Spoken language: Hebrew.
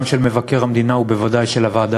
גם של מבקר המדינה ובוודאי של הוועדה